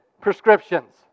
prescriptions